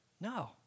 No